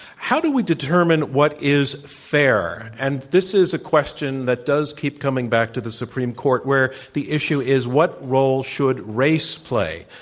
how do we determine what is fair? and this is a question that does keep coming back to the supreme court, where the issue is, what role should race play?